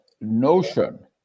notion